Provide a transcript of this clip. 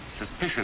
suspicious